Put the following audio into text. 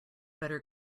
better